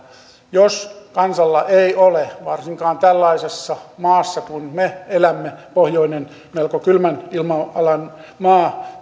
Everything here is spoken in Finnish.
jos kansalla ei ole varsinkaan tällaisessa maassa kuin me elämme pohjoinen melko kylmän ilmanalan maa